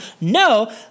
no